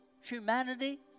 humanity